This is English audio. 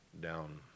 down